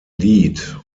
lied